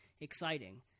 exciting